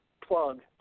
plug